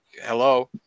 hello